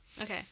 Okay